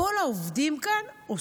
גם את בטח תסכימי,